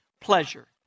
pleasure